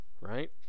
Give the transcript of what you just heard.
right